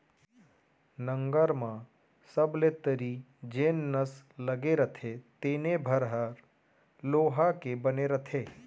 नंगर म सबले तरी जेन नस लगे रथे तेने भर ह लोहा के बने रथे